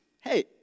hey